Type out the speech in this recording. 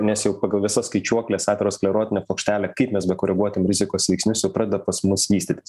nes jau pagal visas skaičiuokles aterosklerotinė plokštelė kaip mes bekoreguotim rizikos veiksnius jau pradeda pas mus vystytis